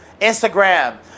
Instagram